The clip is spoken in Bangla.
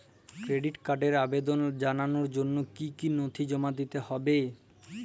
ক্রেডিট কার্ডের আবেদন জানানোর জন্য কী কী নথি জমা দিতে হবে?